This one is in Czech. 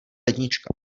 lednička